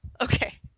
Okay